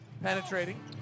penetrating